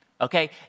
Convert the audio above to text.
Okay